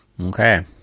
Okay